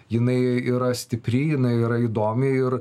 jinai yra stipri jinai yra įdomi ir